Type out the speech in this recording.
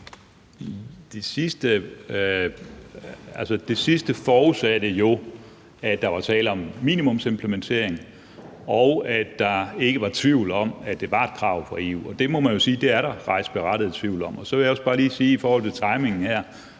Det sidste forudsatte jo, at der var tale om minimumsimplementering, og at der ikke var tvivl om, at det var et krav fra EU. Man må jo sige, at der faktisk er berettiget tvivl om det. Og så vil jeg også bare lige sige noget i forhold til timingen her,